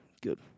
Good